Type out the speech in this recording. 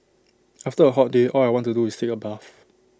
after A hot day all I want to do is take A bath